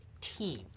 team